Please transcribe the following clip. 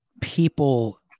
people